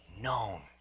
known